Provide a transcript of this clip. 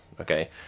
okay